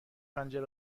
پنجره